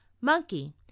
monkey